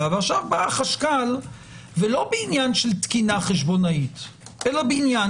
ועכשיו בא החשכ"ל ולא בעניין של תקינה חשבונאית אלא בעניין